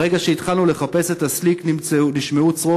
ברגע שהתחלנו לחפש את ה"סליק" נשמע צרור